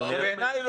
בעיניי לא.